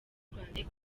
rwandex